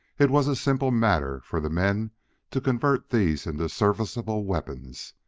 it was a simple matter for the men to convert these into serviceable weapons.